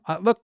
Look